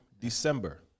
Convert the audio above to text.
December